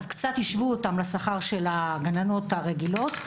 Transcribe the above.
אז קצת השוו אותו לשכר הגננות הרגילות,